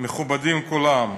מכובדים כולם,